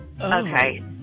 Okay